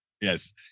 Yes